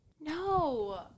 No